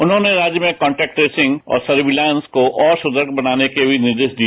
उन्होंने राज्य में कांटेक्ट ट्रेसिंग और सर्विलांस को और सुदृढ़ बनाने के भी निर्देश दिए